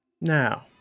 now